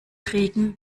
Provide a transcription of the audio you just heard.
regen